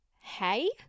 Hey